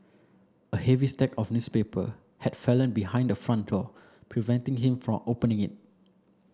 a heavy stack of newspaper had fallen behind the front door preventing him from opening it